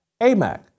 AMAC